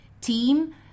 team